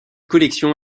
collection